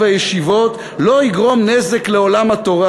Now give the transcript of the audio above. הישיבות לא יגרום נזק לעולם התורה.